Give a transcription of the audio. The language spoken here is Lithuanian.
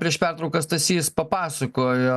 prieš pertrauką stasys papasakojo